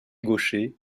gaucher